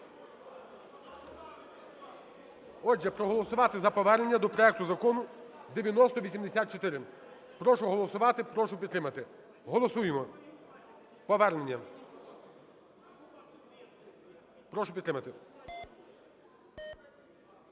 Отже, проголосувати за повернення до проекту Закону 9084. Прошу голосувати. Прошу підтримати. Голосуємо повернення. Прошу підтримати.